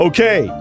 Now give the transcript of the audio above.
Okay